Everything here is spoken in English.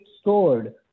stored